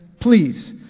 please